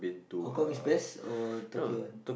Hong Kong is best or Tokyo one